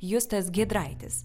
justas giedraitis